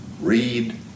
read